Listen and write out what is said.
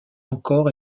encore